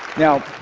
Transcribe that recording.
now,